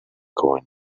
coin